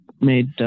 made